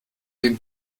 den